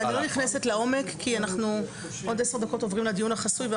אני לא נכנסת לעומק כי אנחנו עוד עשר דקות עוברים לדיון החסוי.